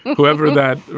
whoever that,